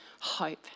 hope